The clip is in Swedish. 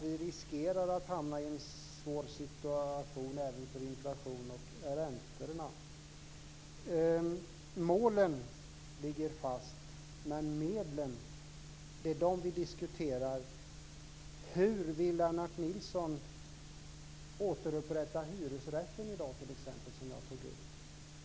Vi riskerar att hamna i en svår situation även när det gäller inflationen och räntorna. Målen ligger fast, men det är medlen som vi diskuterar. Hur vill Lennart Nilsson t.ex. återupprätta hyresrätten i dag, som jag tog upp?